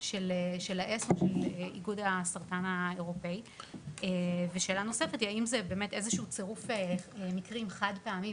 של איגוד הסרטן האירופאי ושאלה נוספת האם זה צירוף חד פעמי